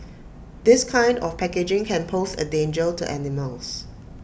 this kind of packaging can pose A danger to animals